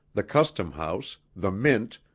the custom house, the mint,